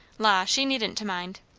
la, she needn't to mind!